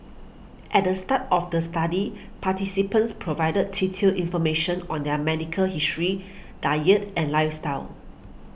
at the start of the study participants provided detailed information on their medical history diet and lifestyle